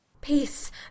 peace